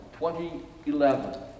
2011